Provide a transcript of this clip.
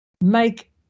make